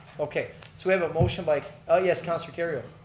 okay so we have a motion by, ah yes, counselor kerrio.